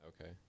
Okay